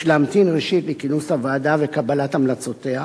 יש להמתין ראשית לכינוס הוועדה וקבלת המלצותיה